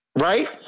Right